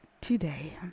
today